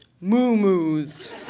Moo-moos